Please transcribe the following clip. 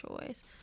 choice